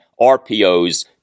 RPOs